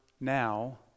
now